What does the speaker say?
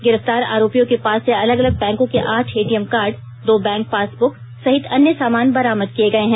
गिरफ्तार आरोपियों के पास से अलग अलग बैंकों के आठ एटीएम कार्ड दो बैंक पासबुक सहित अन्य सामान बरामद किये गये हैं